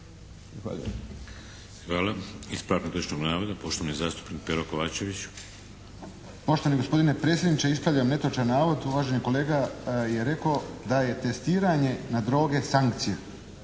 Hvala. Ispravak netočnog navoda, poštovani zastupnik Pero Kovačević. **Kovačević, Pero (HSP)** Poštovani gospodine predsjedniče. Ispravljam netočan navod, uvaženi kolega je rekao da je testiranje na droge sankcija.